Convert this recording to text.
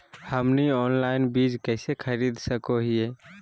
हमनी ऑनलाइन बीज कइसे खरीद सको हीयइ?